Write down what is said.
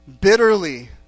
bitterly